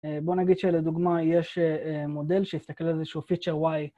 בוא נגיד שלדוגמה יש מודל שהסתכל על איזשהו פיצ'ר y.